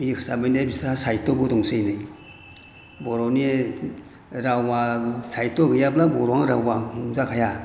बे हिसाबैनो बिस्रा साहित'बो दंसैनो बर'नि रावा साहित' गैयाब्ला बर'नि रावा बुंजाखाया